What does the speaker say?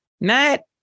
Matt